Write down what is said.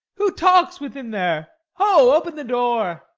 who talks within there? ho, open the door!